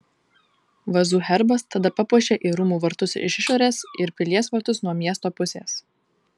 vazų herbas tada papuošė ir rūmų vartus iš išorės ir pilies vartus nuo miesto pusės